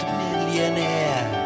millionaire